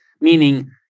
meaning